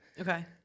Okay